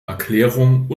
erklärung